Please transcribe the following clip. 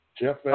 Jeff